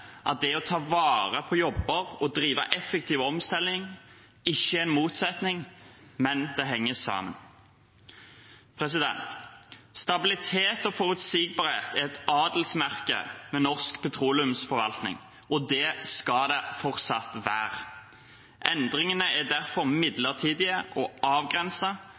at det å ta vare på jobber og drive effektiv omstilling ikke er en motsetning, men det henger sammen. Stabilitet og forutsigbarhet er et adelsmerke ved norsk petroleumsforvaltning, og det skal det fortsatt være. Endringene er derfor midlertidige og